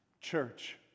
Church